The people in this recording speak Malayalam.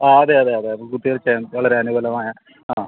ആ അതെയതെയതെ അപ്പം കുത്തി വെച്ചാൻ വളരെ അനുകൂലമായ ആ